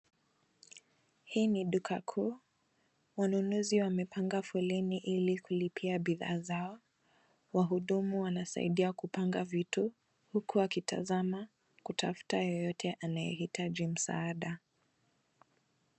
Hii ni duka kuu. Wananuzi wamepanga foleni ili kulipia bidhaa zao. Wahudumu wanasaidia kupanga vitu huku wakitazama kutafuta yeyote anayehitaji msaada.